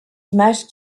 images